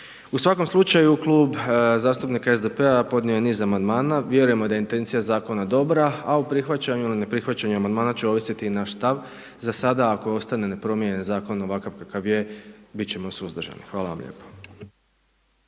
U svakom slučaju Klub zastupnika SDP-a podnio je niz amandmana vjerujemo da je intencija zakona dobra, a u prihvaćanju ili neprihvaćanju amandmana će ovisiti i naš stav, za sada ako ostane nepromijenjen zakon ovakav kakav je bit ćemo suzdržani. Hvala vam lijepo.